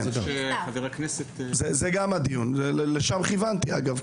אגב, לשם כיוונתי.